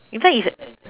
in fact it's a